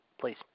please